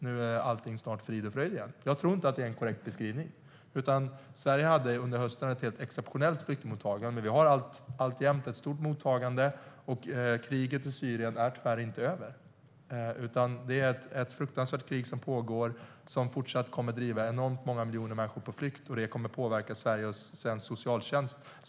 Nu är allt snart frid och fröjd igen." Jag tror inte att det är en korrekt beskrivning. Sverige hade under hösten ett helt exceptionellt flyktingmottagande. Vi har alltjämt ett stort mottagande, och kriget i Syrien är tyvärr inte över. Det är ett fruktansvärt krig som fortfarande pågår och kommer att driva enormt många miljoner människor på flykt, och det kommer att påverka Sverige och svensk socialtjänst.